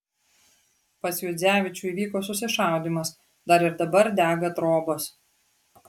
pas juodzevičių įvyko susišaudymas dar ir dabar dega trobos